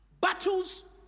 battles